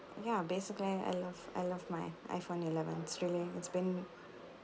ya basically I love I love my iphone eleven it's really it's been